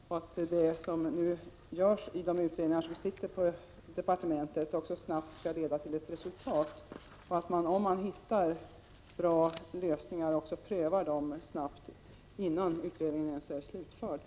Jag hoppas också att de utredningar som nu arbetar inom departementet snabbt skall leda till resultat. Om man kommer på bra lösningar, är det viktigt att dessa snabbt prövas — kanske redan innan utredningarna är slutförda.